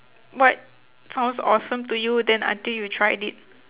what sounds awesome to you then until you tried it